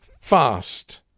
fast